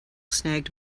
snagged